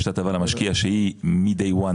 יש הטבה למשקיע שהיא מהיום הראשון